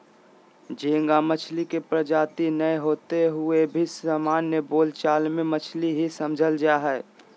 झींगा मछली के प्रजाति नै होते हुए भी सामान्य बोल चाल मे मछली ही समझल जा हई